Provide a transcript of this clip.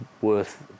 worth